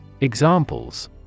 Examples